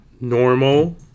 Normal